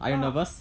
ugh